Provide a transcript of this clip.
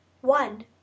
One